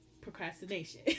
procrastination